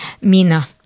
Mina